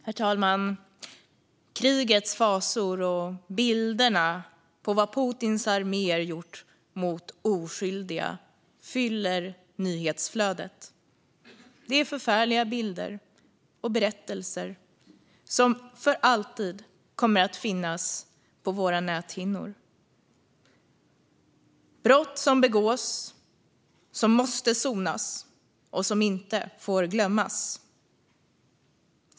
Herr talman! Krigets fasor och bilderna på vad Putins arméer har gjort mot oskyldiga fyller nyhetsflödet. Det är förfärliga bilder och berättelser som för alltid kommer att finnas på våra näthinnor. Det är brott som begås som måste sonas och som inte får glömmas.